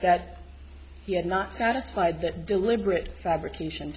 that he had not satisfied that deliberate fabrication